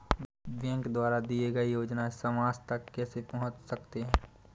Bank द्वारा दिए गए योजनाएँ समाज तक कैसे पहुँच सकते हैं?